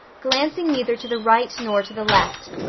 glancing neither to the right nor to the left.